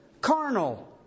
carnal